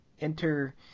enter